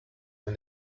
and